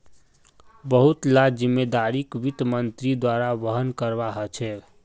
बहुत ला जिम्मेदारिक वित्त मन्त्रीर द्वारा वहन करवा ह छेके